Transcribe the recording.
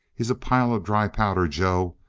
he's a pile of dry powder, joe.